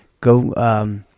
Go